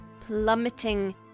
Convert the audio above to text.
plummeting